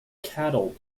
cattle